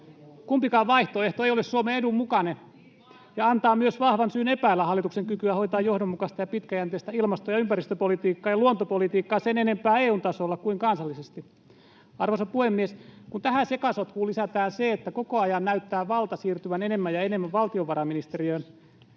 Kumpikaan vaihtoehto ei ole Suomen edun mukainen, ja se antaa myös vahvan syyn epäillä hallituksen kykyä hoitaa johdonmukaista ja pitkäjänteistä ilmasto‑ ja ympäristöpolitiikkaa ja luontopolitiikkaa sen enempää EU:n tasolla kuin kansallisesti. Arvoisa puhemies! Kun tähän sekasotkuun lisätään se, että koko ajan näyttää valta siirtyvän enemmän ja enemmän valtiovarainministeriöön,